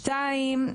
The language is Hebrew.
דבר שני אני